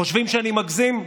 חושבים שאני מגזים?